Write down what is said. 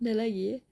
ada lagi